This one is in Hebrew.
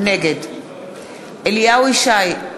נגד אליהו ישי,